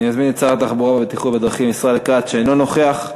אני מזמין את שר התחבורה והבטיחות בדרכים ישראל כץ שאינו נוכח.